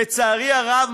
לצערי הרב,